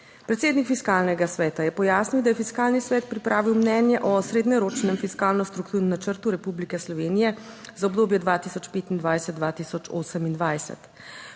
Predsednik Fiskalnega sveta je pojasnil, da je Fiskalni svet pripravil mnenje o srednjeročnem fiskalno strukturnem načrtu Republike Slovenije za obdobje 2025-2028.